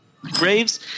graves